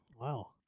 Wow